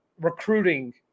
recruiting